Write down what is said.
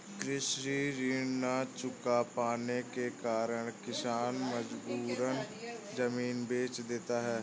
कृषि ऋण न चुका पाने के कारण किसान मजबूरन जमीन बेच देते हैं